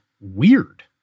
weird